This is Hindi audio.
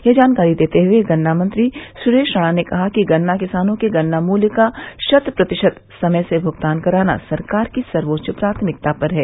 यह जानकारी देते हुए गन्ना मंत्री सुरेश राणा ने कहा कि गन्ना किसानों के गन्ना मूल्य का शत प्रतिशत समय से भुगतान कराना सरकार की सर्वोच्च प्राथमिकता पर है